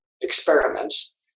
experiments